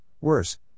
worse